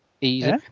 Easy